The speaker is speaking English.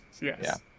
Yes